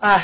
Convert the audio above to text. and